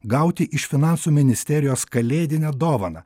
gauti iš finansų ministerijos kalėdinę dovaną